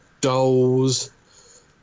dolls